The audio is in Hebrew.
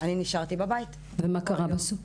מה קרה בסוף?